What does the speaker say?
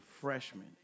freshman